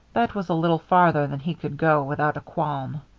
that was a little farther than he could go without a qualm.